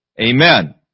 Amen